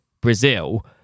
Brazil